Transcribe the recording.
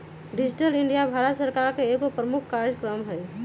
digital India Bharat सरकार का एगो प्रमुख काजक्रम हइ